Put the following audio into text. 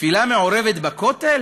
תפילה מעורבת בכותל?